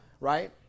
Right